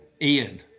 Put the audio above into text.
Ian